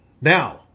Now